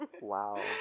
Wow